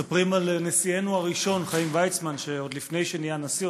מספרים על נשיאנו הראשון חיים ויצמן שעוד לפני שנהיה נשיא,